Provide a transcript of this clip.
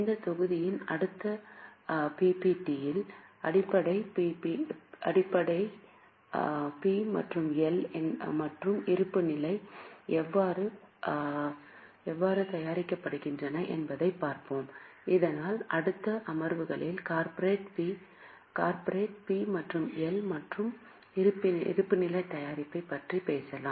இந்த தொகுதியின் அடுத்த பிபிடி யில் அடிப்படை பி மற்றும் எல் மற்றும் இருப்புநிலை எவ்வாறு தயாரிக்கப்படுகின்றன என்பதைப் பார்ப்போம் இதனால் அடுத்த அமர்வுகளில் கார்ப்பரேட் பி மற்றும் எல்எல் மற்றும் இருப்புநிலைத் தயாரிப்பைப் பற்றி பேசலாம்